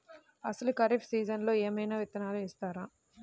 అసలు ఖరీఫ్ సీజన్లో ఏమయినా విత్తనాలు ఇస్తారా?